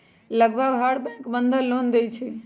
लगभग हर bank Bandhan loan देई छई